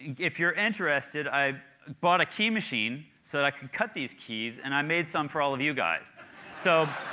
if you're interested, i bought a key machine so that i can cut these keys and i made some for all of you guys. applause so